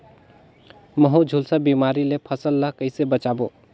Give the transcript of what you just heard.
महू, झुलसा बिमारी ले फसल ल कइसे बचाबो?